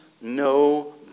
no